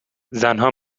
زنها